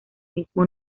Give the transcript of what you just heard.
mismo